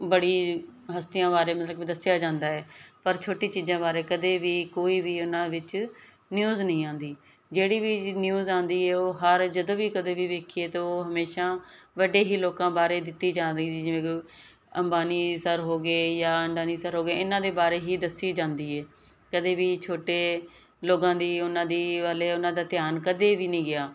ਬੜੀ ਹਸਤੀਆਂ ਬਾਰੇ ਮਤਲਬ ਕੀ ਵੀ ਦੱਸਿਆ ਜਾਂਦਾ ਹੈ ਪਰ ਛੋਟੀ ਚੀਜ਼ਾਂ ਬਾਰੇ ਕਦੇ ਵੀ ਕੋਈ ਵੀ ਉਹਨਾਂ ਵਿੱਚ ਨਿਊਜ਼ ਨਹੀਂ ਆਉਂਦੀ ਜਿਹੜੀ ਵੀ ਨਿਊਜ਼ ਆਉਂਦੀ ਏਹ ਉਹ ਹਰ ਜਦੋਂ ਵੀ ਕਦੇ ਵੀ ਵੇਖੀਏ ਤਾਂ ਉਹ ਹਮੇਸ਼ਾ ਵੱਡੇ ਹੀ ਲੋਕਾਂ ਬਾਰੇ ਦਿੱਤੀ ਜਾ ਰਹੀ ਜਿਵੇਂ ਕਿ ਅੰਬਾਨੀ ਸਰ ਹੋ ਗਏ ਜਾਂ ਅਡਾਨੀ ਸਰ ਹੋ ਗਏ ਇਹਨਾਂ ਦੇ ਬਾਰੇ ਹੀ ਦੱਸੀ ਜਾਂਦੀ ਏ ਕਦੇ ਵੀ ਛੋਟੇ ਲੋਕਾਂ ਦੀ ਉਹਨਾਂ ਦੀ ਵੱਲ ਉਹਨਾਂ ਦਾ ਧਿਆਨ ਕਦੇ ਵੀ ਨਹੀਂ ਗਿਆ